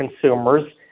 consumers